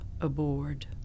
aboard